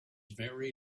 very